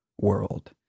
world